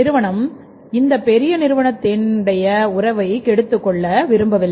நிறுவனம் இந்த பெரிய நிறுவனத்தின் உடைய உறவை கெடுத்து கொள்ள விரும்பவில்லை